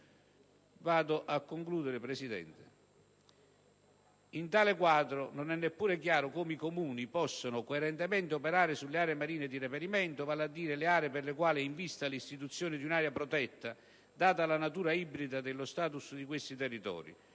avvio a concludere, signora Presidente. In tale quadro non è neppure chiaro come i Comuni possano coerentemente operare sulle aree marine di reperimento, vale a dire le aree per le quali è in vista l'istituzione di una area protetta, data la natura ibrida dello *status* di questi territori.